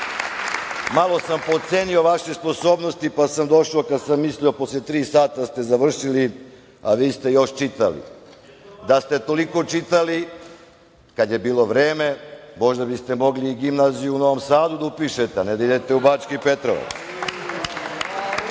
malo sam potcenio vaše sposobnosti, pa sam došao posle tri sata kad sam mislio da ste završili, a vi ste još čitali. Da ste toliko čitali, kada je bilo vreme, možda biste mogli i Gimnaziju u Novom Sadu da upišete, a ne da idete u Bački Petrovac.